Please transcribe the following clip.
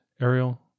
ariel